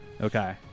Okay